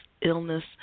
Illness